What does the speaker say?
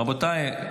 רבותיי,